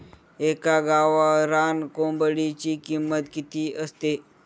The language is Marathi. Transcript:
एका गावरान कोंबडीची किंमत किती असते?